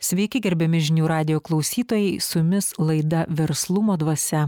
sveiki gerbiami žinių radijo klausytojai su jumis laida verslumo dvasia